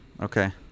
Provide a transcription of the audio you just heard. Okay